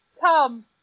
Tom